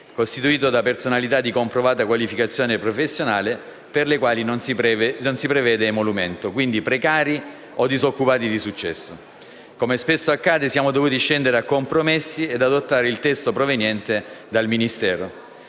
costituito da personalità di comprovata qualificazione professionale per le quali non si prevede emolumento, quindi precari o disoccupati di successo. Come spesso accade, siamo dovuti scendere a compromessi e adottare il testo proveniente dal Ministero.